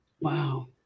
Wow